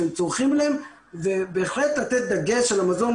שהם צורכים אותם ובהחלט לתת דגש על המזון